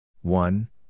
one